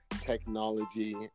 technology